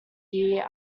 year